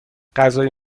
غذای